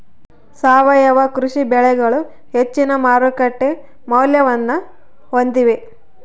ಸಾವಯವ ಕೃಷಿ ಬೆಳೆಗಳು ಹೆಚ್ಚಿನ ಮಾರುಕಟ್ಟೆ ಮೌಲ್ಯವನ್ನ ಹೊಂದಿವೆ